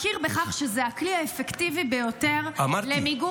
מכיר בכך שזה הכלי האפקטיבי ביותר למיגור